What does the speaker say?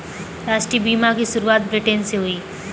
राष्ट्रीय बीमा की शुरुआत ब्रिटैन से हुई